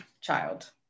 child